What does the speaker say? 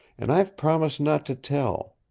and i've promised not to tell.